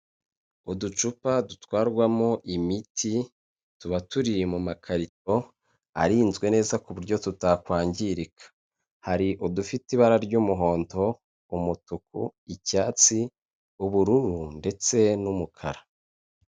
Uducupa dutwarwamo imiti tuba turi mu makarito arinzwe neza ku buryo tutakwangirika, hari udufite ibara ry'umuhondo umutuku icyatsi, ubururu ndetse n'umukara.